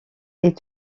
est